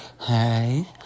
hey